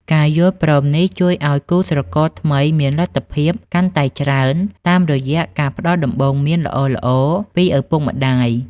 ការយល់ព្រមនេះជួយឱ្យគូស្រករថ្មីមានលទ្ធភាពកាន់តែច្រើន តាមរយៈការផ្ដល់ដំបូន្មានល្អៗពីឪពុកម្ដាយ។